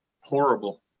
horrible